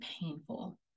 painful